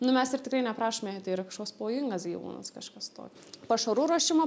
nu mes ir tikrai neprašome jei tai yra kažkoks pavojingas gyvūnas kažkas tokio pašarų ruošimo